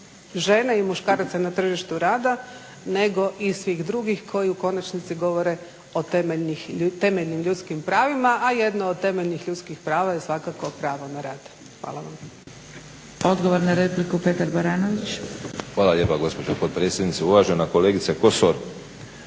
žena i muškaraca na tržištu rada nego i svih drugih koji u konačnici govore o temeljnim ljudskim pravima, a jedno od temeljnih ljudskih prava je svakako pravo na rad. Hvala vam. **Zgrebec, Dragica (SDP)** Odgovor na repliku Petar Baranović. **Baranović, Petar (HNS)** Hvala lijepo gospođo potpredsjednice. Uvažena kolegice Kosor,